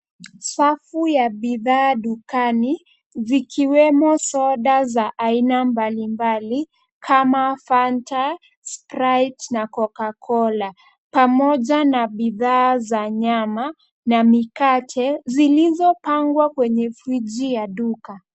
Safu ya bidhaa dukani zikiwemo soda za aina mbalimbali kama Fanta, Sprite na Cocacola pamoja na bidhaa za nyama na mikate zilizopangwa kwenye friji ya duka.